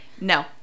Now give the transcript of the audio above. No